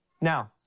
Now